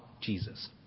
Jesus